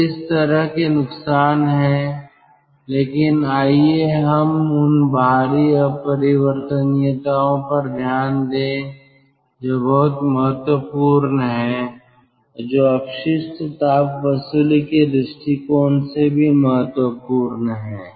तो इस तरह के नुकसान हैं लेकिन आइए हम उन बाहरी अपरिवर्तनीयताओं पर ध्यान दें जो बहुत महत्वपूर्ण हैं और जो अपशिष्ट ताप वसूली के दृष्टिकोण से भी महत्वपूर्ण हैं